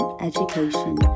education